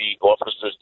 officers